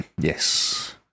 Yes